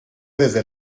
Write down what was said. desde